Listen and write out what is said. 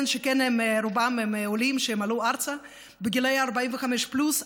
שכן רובם עולים שעלו ארצה בגילאי 45 פלוס,